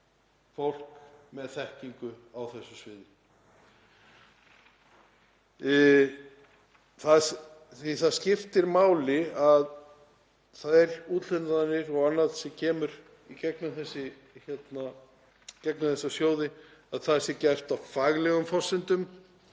fólk með þekkingu á þessu sviði. Það skiptir máli að úthlutanir og annað sem kemur í gegnum þessa sjóði sé gert á faglegum forsendum